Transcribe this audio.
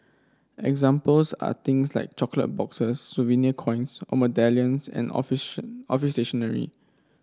examples are things like chocolate boxes souvenir coins or medallions and office office stationery